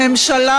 ממש.